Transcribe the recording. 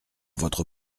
votre